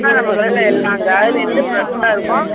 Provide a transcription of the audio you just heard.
sir நம்ம கடையில் எல்லா காய்கறியுமே ஃப்ரெஷ்ஷாக இருக்கும்